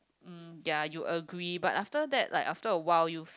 um ya you agree but after that like after a while you feel